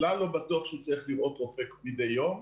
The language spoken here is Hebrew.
בכלל לא בטוח שהוא צריך לראות רופא מדי יום,